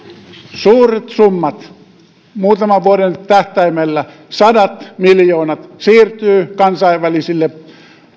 suuret summat muutaman vuoden tähtäimellä sadat miljoonat siirtyvät kansainvälisille